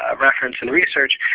ah reference and research.